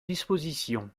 disposition